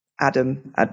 Adam